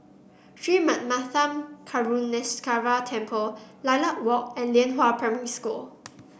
Sri Manmatha Karuneshvarar Temple Lilac Walk and Lianhua Primary School